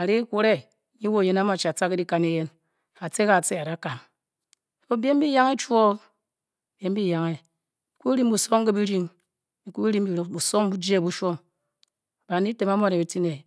are ekware nyi wo a'mu chi a ca ka kase a'da kamn bcem be yange chwo biku biring bu sung ba ne etan ba mu ba'da be eti nen.